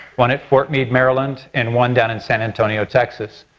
one at fort meade maryland and one down in san antonio, texas.